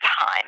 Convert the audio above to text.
time